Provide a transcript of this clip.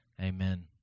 Amen